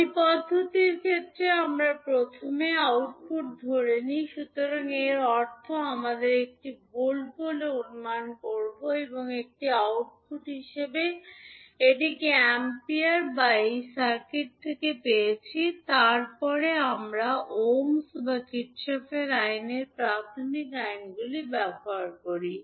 মই পদ্ধতির ক্ষেত্রে আমরা প্রথমে আউটপুট ধরে নিই সুতরাং এর অর্থ আমরা একটি ভোল্ট বলে অনুমান করব বা একটি আউটপুট হিসাবে একটি অ্যাম্পিয়ার যা আমরা এই সার্কিট থেকে পেয়েছি এবং তারপরে আমরা ওহমস এবং কারশফের Kirchhoff'sআইনের প্রাথমিক আইনগুলি ব্যবহার করি